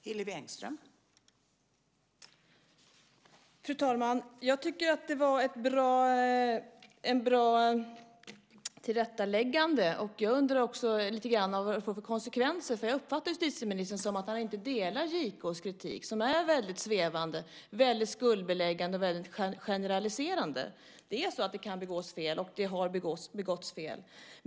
Fru talman! Jag tycker att det var ett bra tillrättaläggande. Vad får det för konsekvenser? Jag uppfattar justitieministern så att han inte delar JK:s kritik, som är svävande, skuldbeläggande och generaliserande. Det kan begås fel, och det har begåtts fel.